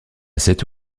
cette